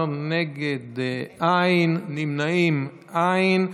בעד, 15, נגד, אין, נמנעים, אין.